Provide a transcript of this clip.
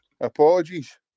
Apologies